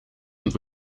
and